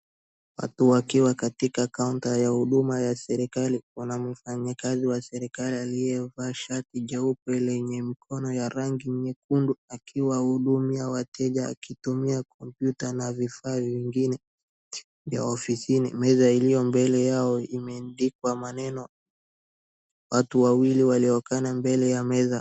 Watuwakiwa katika counter ya huduma ya serikali kuna mfanyikazi wa serikali aliye vaa sharti jeupe lenye mkono ya rangi nyekundu akiwahudumia wateja akitumia kompyta na vifaa vingine vya ofisini. Meza iloyo mbele yao imeandikwa maneno. Watu wawili waliokaa mbele ya meza.